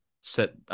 set